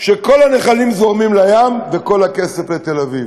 שכל הנחלים זורמים לים, וכל הכסף, לתל-אביב.